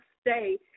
stay